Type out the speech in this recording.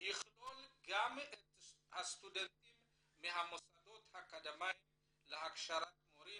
יכלול גם את הסטודנטים מהמוסדות האקדמאיים להכשרת מורים,